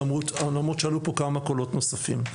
למרות שעלו פה כמה קולות נוספים.